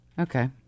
Okay